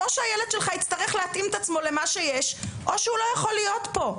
או שהילד שלך יצטרך להתאים את עצמו למה שיש או שהוא לא יכול להיות פה.